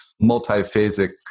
multi-phasic